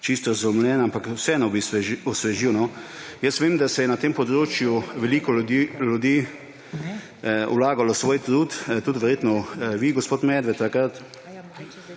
čisto razumljen, ampak vseeno bi osvežil. Jaz vem, da je na tem področju veliko ljudi vlagalo svoj trud, tudi verjetno vi, gospod Medved, takrat,